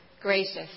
gracious